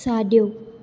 साॼो